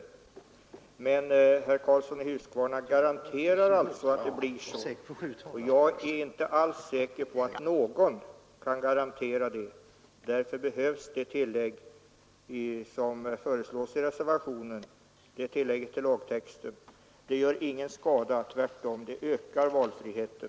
Herr Karlsson garanterar alltså att det blir så. Men jag är inte alls säker på att någon kan garantera det, och därför behövs det tillägg till lagtexten som föreslås i reservationen. Det gör ingen skada — tvärtom, det ökar valfriheten.